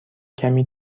کمی